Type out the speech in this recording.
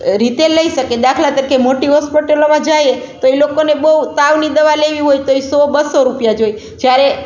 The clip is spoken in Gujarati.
રીતે લઈ શકે દાખલા તરીકે મોટી હોસ્પિટલોમાં જઈએ તો એ લોકોને બહુ તાવની દવા લેવી હોય તો એ સો બસો રૂપિયા જોઈએ જ્યારે